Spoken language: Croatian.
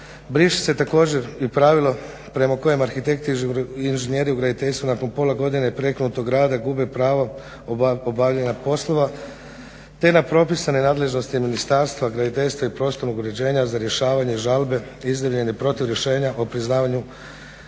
Briše se također i pravilo prema kojem arhitekti i inženjeri u graditeljstvu nakon pola godine prekinutog rada gube pravo obavljanja poslova, te na propisane nadležnosti Ministarstva graditeljstva i prostornog uređenja za rješavanje žalbe izjavljene protiv rješenja o priznavanju